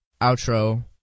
outro